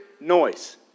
noise